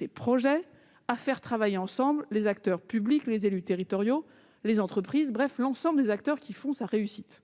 des projets et à faire travailler ensemble les acteurs publics, les élus territoriaux, les entreprises, bref l'ensemble des acteurs qui font la réussite